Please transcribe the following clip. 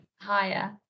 Higher